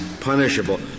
punishable